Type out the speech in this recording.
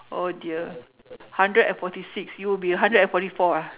oh dear hundred and forty six you will be a hundred and forty four ah